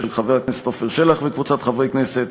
של חבר הכנסת עפר שלח וקבוצת חברי הכנסת,